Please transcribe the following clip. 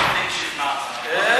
שכנעת.